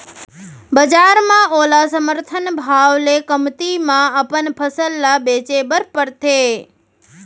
बजार म ओला समरथन भाव ले कमती म अपन फसल ल बेचे बर परथे